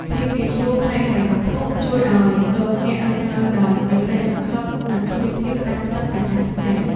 ភាពងាយស្រួលផ្នែកហិរញ្ញវត្ថុជួយឱ្យលោកអ្នករស់នៅដោយមានក្ដីសង្ឃឹមនិងគ្មានភាពតានតឹងប្រចាំថ្ងៃ។